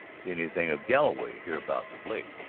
see anything of galloway hereabouts of late?